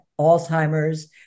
Alzheimer's